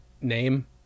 name